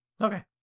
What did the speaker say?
Okay